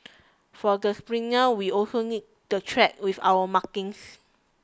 for the sprinters we also need the track with our markings